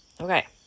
Okay